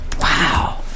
Wow